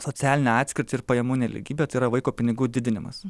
socialinę atskirtį ir pajamų nelygybę tai yra vaiko pinigų didinimas